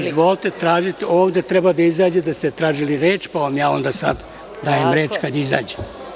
Izvolite, ovde treba da izađe da ste tražili reč, pa vam ja onda tada dajem reč kada izađe.